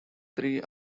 three